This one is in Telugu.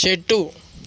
చెట్టు